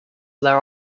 there